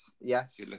yes